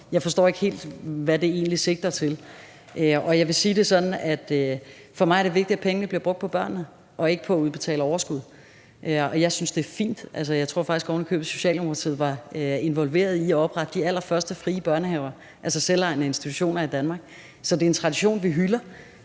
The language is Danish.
jeg forstår ikke helt, hvad det egentlig sigter til, og jeg vil sige det sådan, at for mig er det vigtigt, at pengene bliver brugt på børnene og ikke på at udbetale overskud. Jeg synes, det er fint, og jeg tror faktisk ovenikøbet, Socialdemokratiet var involveret i at oprette de allerførste frie børnehaver, altså selvejende institutioner i Danmark, så det er en tradition, vi hylder,